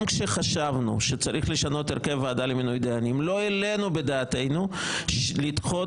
גם כשחשבנו לא העלינו בדעתנו לדחות